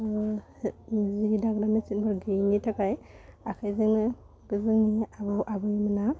जि दाग्रा मेचिनफोर गोयैनि थाखाइ आखाइजोंनो गोदोनि आबौ आबैमोना